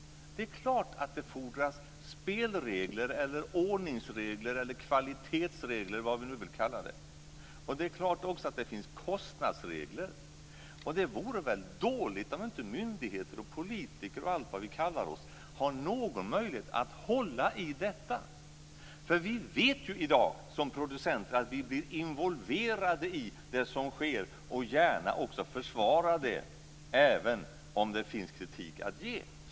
Det är klart att det fordras spelregler, ordningsregler eller kvalitetsregler - vad vi nu vill kalla det. Det är också klart att det finns kostnadsregler. Det vore väl dåligt om myndigheter, politiker och allt vad vi kallar oss inte har någon möjlighet att hålla i detta. Vi vet ju i dag att vi som producenter blir involverade i det som sker och gärna också försvarar det, även om det finns kritik att ge.